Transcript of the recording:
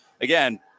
Again